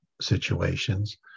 situations